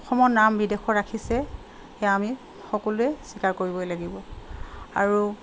অসমৰ নাম বিদেশত ৰাখিছে সেয়া আমি সকলোৱে স্বীকাৰ কৰিবই লাগিব আৰু